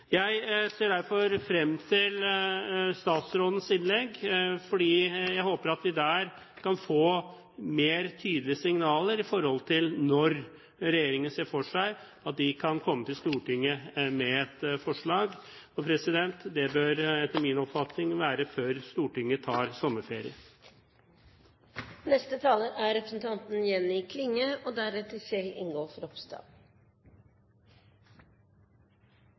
Jeg ser derfor frem til statsrådens innlegg, for jeg håper at vi der kan få tydeligere signaler om når regjeringen ser for seg at den kan komme til Stortinget med et forslag. Og det bør etter min oppfatning være før Stortinget tar sommerferie. Vilkåra for å drive næringsverksemd er